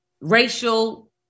racial